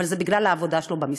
אבל זה בגלל העבודה שלו במשרד,